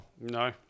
No